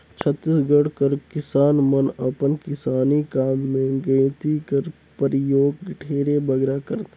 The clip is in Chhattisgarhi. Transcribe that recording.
छत्तीसगढ़ कर किसान मन अपन किसानी काम मे गइती कर परियोग ढेरे बगरा करथे